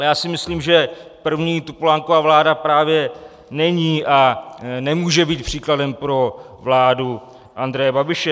Ale já si myslím, že první Topolánkova vláda právě není a nemůže být příkladem pro vládu Andreje Babiše.